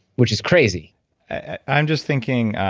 which is crazy i'm just thinking,